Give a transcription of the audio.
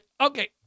okay